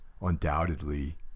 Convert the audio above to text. undoubtedly